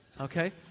okay